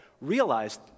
Realized